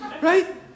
Right